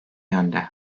yönde